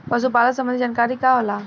पशु पालन संबंधी जानकारी का होला?